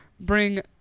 bring